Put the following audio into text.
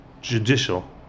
judicial